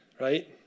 right